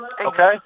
Okay